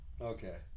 Okay